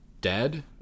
dead